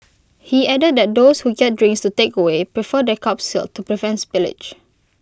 he added that those who get drinks to takeaway prefer their cups sealed to prevent spillage